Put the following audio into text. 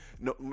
No